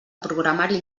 programari